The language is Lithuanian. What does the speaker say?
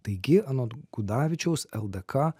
taigi anot gudavičiaus ldk